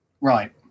Right